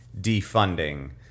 defunding